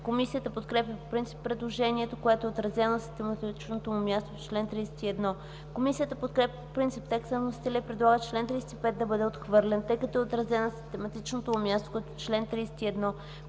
Комисията подкрепя по принцип предложението, което е отразено на систематичното му място в чл. 31. Комисията подкрепя по принцип текста на вносителя и предлага чл. 35 да бъде отхвърлен, тъй като е отразен на систематичното му място като чл.